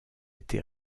été